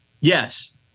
Yes